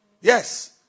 Yes